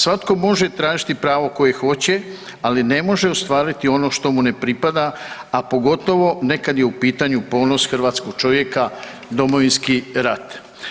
Svatko može tražiti pravo koje hoće, ali ne može ostvariti ono što mu ne pripada, a pogotovo ne kad je u pitanju ponos hrvatskog čovjeka Domovinski rat.